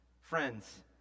Friends